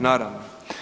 Naravno.